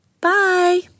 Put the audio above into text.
Bye